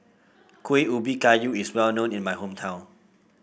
Kueh Ubi Kayu is well known in my hometown